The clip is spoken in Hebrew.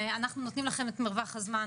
אנחנו נותנים לכם את מרווח הזמן.